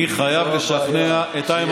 זו הבעיה.